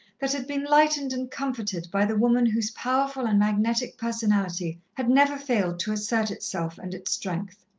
that had been lightened and comforted by the woman whose powerful and magnetic personality had never failed to assert itself and its strength.